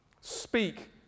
speak